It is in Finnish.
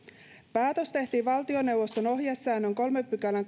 päätös tehtiin valtioneuvoston ohjesäännön kolmannen pykälän